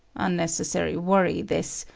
unnecessary worry, this,